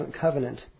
covenant